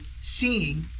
seeing